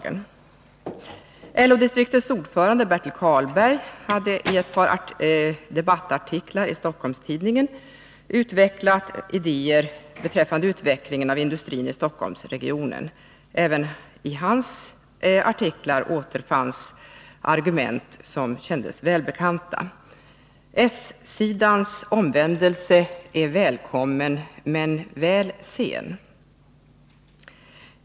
LO-distriktets ordförande Bertil Karlberg utvecklade i ett par debattar tiklar i Stockholms-Tidningen idéer beträffande utvecklingen av industrin i Nr 26 Stockholmsregionen. Även i hans artiklar återfanns argument som kändes Måndagen den välbekanta. 15 november 1982 S-sidans omvändelse är välkommen men väl sen.